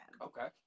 okay